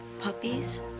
Puppies